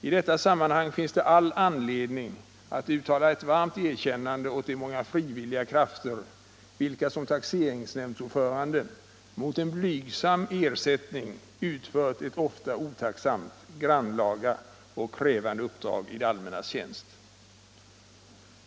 I detta sammanhang finns det all anledning att uttala ett varmt erkännande åt de många frivilliga krafter, vilka som taxeringsordförande mot en blygsam ersättning utför ett ofta otacksamt, grannlaga och krävande uppdrag i det allmännas tjänst.